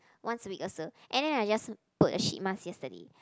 once a week also and then I just put a sheet mask yesterday